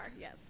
yes